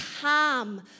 calm